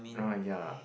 uh ya